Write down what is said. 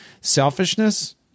selfishness